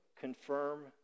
confirm